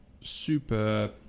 super